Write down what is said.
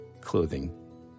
clothing